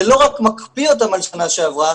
זה לא רק מקפיא אותם על שנה שעברה,